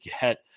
get